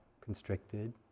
constricted